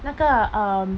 那个 um